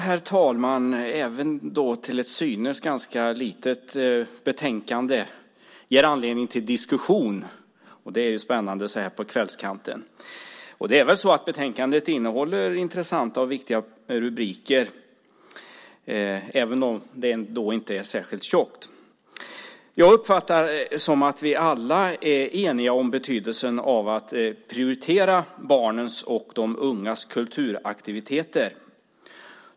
Herr talman! Även ett till synes ganska litet betänkande ger anledning till diskussion. Det är spännande så här på kvällskanten. Betänkandet innehåller intressanta och viktiga rubriker, även om det inte är särskilt tjockt. Jag uppfattar att vi alla är eniga om betydelsen av att prioritera barnens och de ungas kulturaktiviteter.